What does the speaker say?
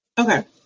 Okay